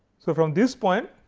so, from this point,